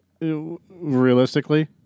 realistically